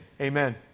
Amen